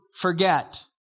forget